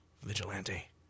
vigilante